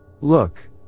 Look